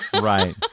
right